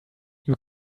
you